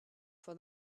for